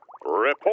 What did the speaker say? Report